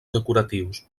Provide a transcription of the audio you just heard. decoratius